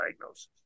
diagnosis